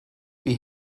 wie